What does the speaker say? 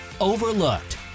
Overlooked